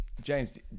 James